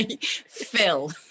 Phil